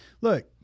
look